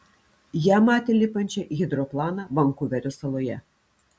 ją matė lipančią į hidroplaną vankuverio saloje